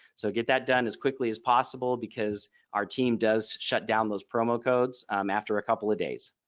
so get that done as quickly as possible because our team does shut down those promo codes um after a couple of days.